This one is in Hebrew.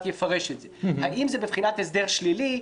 יפרש את זה: האם זה בבחינת הסדר שלילי?